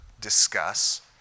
discuss